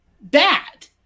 bad